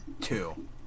Two